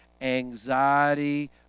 anxiety